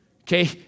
Okay